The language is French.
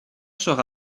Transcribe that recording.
sera